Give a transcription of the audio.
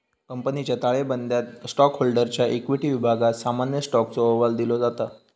कंपनीच्या ताळेबंदयात स्टॉकहोल्डरच्या इक्विटी विभागात सामान्य स्टॉकचो अहवाल दिलो जाता